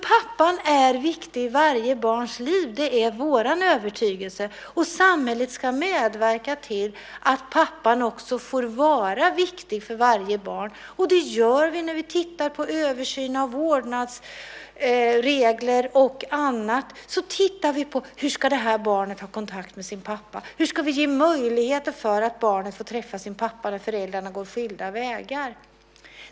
Pappan är viktig i varje barns liv, det är vår övertygelse, och samhället ska medverka till att pappan också får vara viktig för varje barn. Det gör vi när vi ser på översynen av vårdnadsregler och annat. Då tittar vi på hur barnet ska ha kontakt med sin pappa, hur vi ska ge möjligheter för barnet att få träffa sin pappa när föräldrarna går skilda vägar.